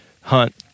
hunt